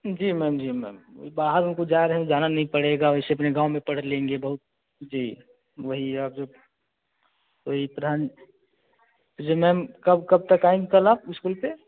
जी ma'am जी ma'am वही बाहर उनको जा रहे जाना नहीं पड़ेगा वैसे अपने गाँव में पढ़ लेंगे बहुत जी वही आप जो वही प्रधान जी मैम कब कब तक आएँगी कल आप इस्कूल पर